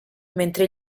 mentre